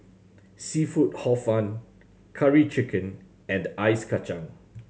seafood Hor Fun Curry Chicken and ice kacang